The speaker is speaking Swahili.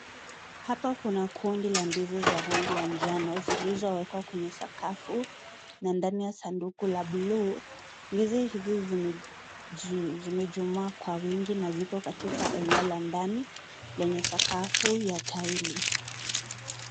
Hapa kuna kundi la ndizi za rangi ya njano, zilizowekwa kwenye sakafu na ndani ya sanduku la buluu. Ndizi hizi zimejumaa kwa wingi na ziko katika eneo la ndani, lenye sakafu la taili.